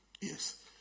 Yes